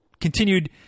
continued